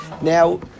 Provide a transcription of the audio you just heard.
Now